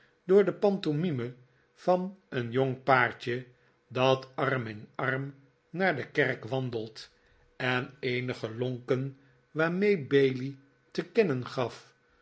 door de pantomime van een jong paartje dat arm in arm naar de kerk wandelt en eenige lonken waarmee bailey te kennen gaf